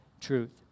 truth